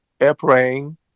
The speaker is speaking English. airplane